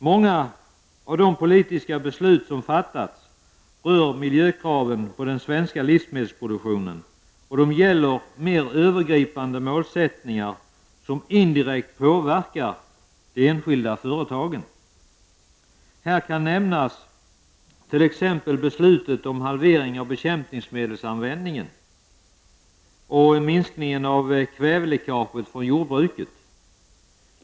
Många av de politiska beslut som fattats rör miljökraven på den svenska livsmedelsproduktionen och de gäller mer övergripande målsättningar som indirekt påverkar de enskilda företagen. Här kan nämnas t.ex. beslutet om halvering av bekämpningsmedelsanvändningen och minskning av kväveläckaget från jordbruket.